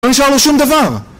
לא נשאר לו שום דבר